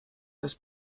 das